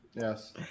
Yes